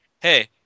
hey